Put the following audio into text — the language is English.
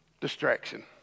distraction